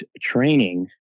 training